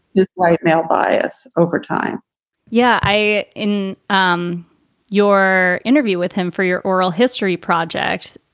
this white male bias over time yeah. i in um your interview with him for your oral history projects,